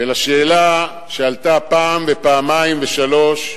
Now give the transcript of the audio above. ולשאלה שעלתה פעם ופעמיים ושלוש,